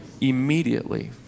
immediately